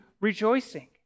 rejoicing